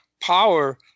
power